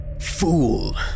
fool